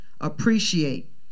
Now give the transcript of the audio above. Appreciate